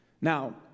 Now